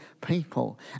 people